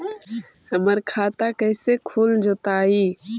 हमर खाता कैसे खुल जोताई?